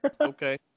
Okay